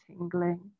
tingling